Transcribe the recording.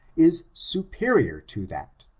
is superior to that,